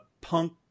punk